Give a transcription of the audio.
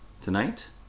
tonight